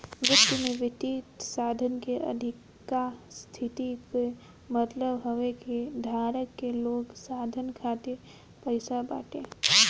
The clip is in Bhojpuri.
वित्त में वित्तीय साधन के अधिका स्थिति कअ मतलब हवे कि धारक के लगे साधन खातिर पईसा बाटे